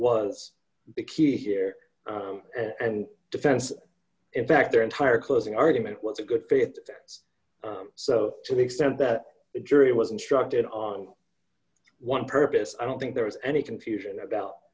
was the key here and defense in fact their entire closing argument was a good fit so to the extent that the jury was instructed on one purpose i don't think there was any confusion about